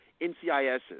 NCISs